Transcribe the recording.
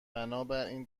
بنابراین